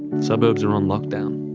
suburbs are on lockdown.